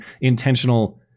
intentional